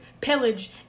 pillage